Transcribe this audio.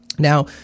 Now